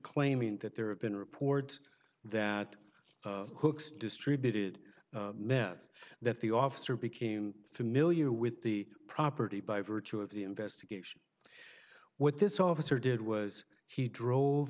claiming that there have been reports that cooks distributed meth that the officer became familiar with the property by virtue of the investigation what this officer did was he drove